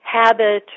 habit